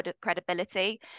credibility